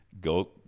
go